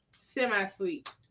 Semi-sweet